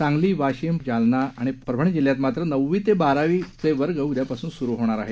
सांगली वाशिम परभणी जालना आणि परभणी जिल्ह्यात मात्र नववी ते बारावीचे वर्ग उद्यापासून सुरु होणार आहेत